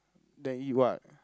then eat what